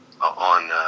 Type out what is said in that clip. on